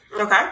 Okay